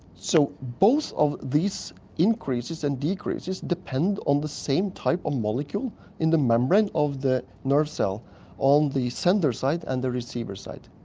so, both of these increases and decreases depend on the same type of molecule in the membrane of the nerve cell on the sender side and the receiver side.